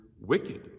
wicked